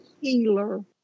Healer